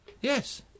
Yes